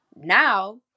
now